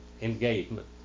engagement